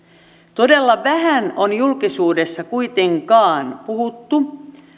todella vähän on julkisuudessa kuitenkaan puhuttu